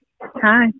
Hi